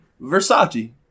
Versace